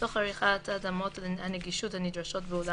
תוך עריכת התאמות הנגישות הנדרשות באולם